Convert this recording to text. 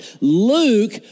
Luke